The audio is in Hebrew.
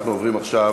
אנחנו עוברים עכשיו